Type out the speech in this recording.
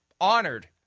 honored